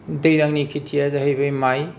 दैज्लांनि खेथिआ जाहैबाय माइ